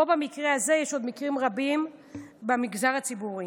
יש עוד מקרים רבים במגזר הציבורי